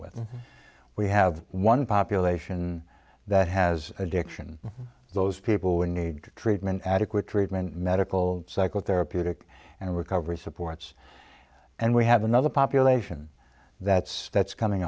with we have one population that has addiction those people would need treatment adequate treatment medical psychotherapeutic and recovery supports and we have another population that's that's coming